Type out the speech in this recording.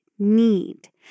need